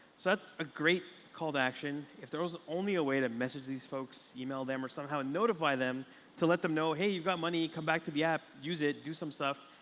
so that's a great call to action. if there was only a way to message these folks, email them, or somehow and notify them to let them know, hey, you got money come back to the app. use it. do some stuff.